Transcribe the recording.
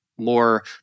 more